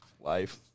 life